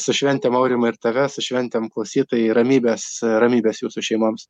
su šventėm aurimai ir tave su šventėm klausytojai ramybės ramybės jūsų šeimoms